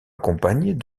accompagnées